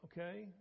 okay